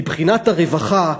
מבחינת הרווחה,